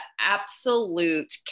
absolute